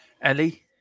Ellie